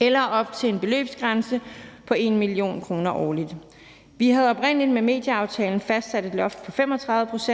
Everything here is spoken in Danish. eller op til en beløbsgrænse på 1 mio. kr. årligt. Vi havde oprindelig med medieaftalen fastsat et loft på 35 pct.